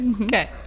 Okay